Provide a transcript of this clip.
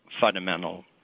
fundamental